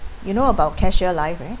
you know about CareShield Life right